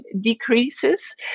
decreases